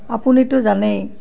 আপুনিটো জানেই